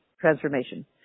transformation